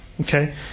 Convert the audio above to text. Okay